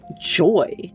joy